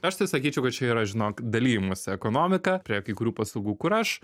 aš tai sakyčiau kad čia yra žinok dalijimosi ekonomika prie kai kurių paslaugų kur aš